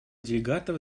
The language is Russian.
делегатов